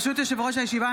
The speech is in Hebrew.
ברשות יושב-ראש הישיבה,